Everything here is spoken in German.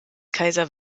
kaiser